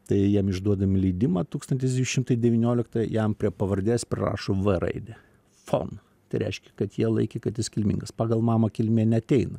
tai jiem išduodam leidimą tūkstantis devyni šimtai devynioliktą jam prie pavardės prirašom v raidę fon tai reiškia kad jie laikė kad jis kilmingas pagal mamą kilmė neateina